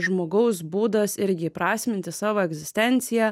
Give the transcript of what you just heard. žmogaus būdas irgi įprasminti savo egzistenciją